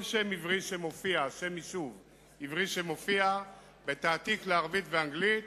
כל שם יישוב עברי שמופיע בתעתיק לערבית ולאנגלית